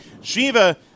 Shiva